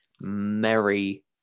merry